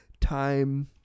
time